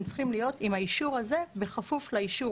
צריכים להיות עם האישור הזה בכפוף לאישור